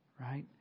right